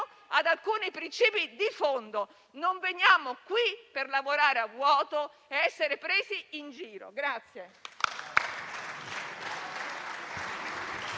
ad alcuni principi di fondo. Non veniamo qui per lavorare a vuoto ed essere presi in giro.